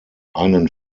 einen